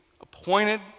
appointed